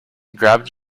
grabbed